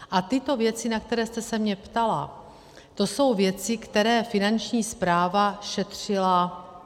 A tyto věci, na které jste se mě ptala, to jsou věci, které Finanční správa šetřila.